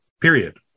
period